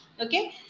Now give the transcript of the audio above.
Okay